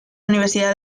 universidad